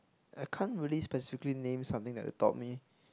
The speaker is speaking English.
I can't really specifically name something that they taught me